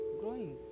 growing